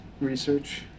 research